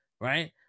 right